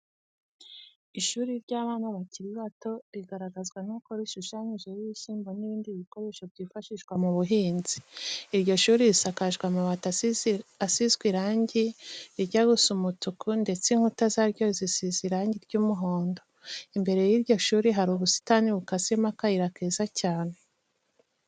Ishuri ry'abana bakiri bato bigaragazwa n'uko rishushanyijeho ibishyimbo n'ibindi bikoresho byifashishwa mu buhinzi. Iryo shuri risakajwe amabati asizwe irange rijya gusa umutuku ndetse inkuta zaryo zisize irange ry'umuhondo. Imbere y'iryo shuri hari ubusitani bukasemo akayira keza cyane.